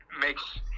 makes